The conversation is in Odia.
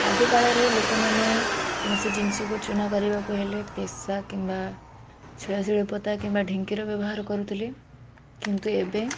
ଆଗକାଳରେ ଲୋକମାନେ କୌଣସି ଜିନଷକୁ ଚୁନା କରିବାକୁ ହେଲେ ପେଶା କିମ୍ବା ଶିଳାଶିଳିପୋତା କିମ୍ବା ଢିଙ୍କିର ବ୍ୟବହାର କରୁଥିଲେ କିନ୍ତୁ ଏବେ